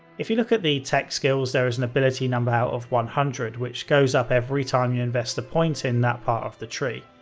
if you look at the tech skills, there is an ability number out of one hundred which goes up every time you invest a point in that part of the tree.